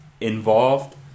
involved